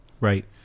Right